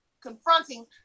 confronting